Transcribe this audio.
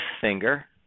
finger